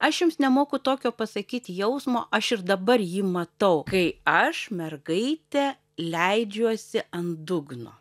aš jums nemoku tokio pasakyt jausmo aš ir dabar jį matau kai aš mergaitė leidžiuosi ant dugno